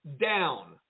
down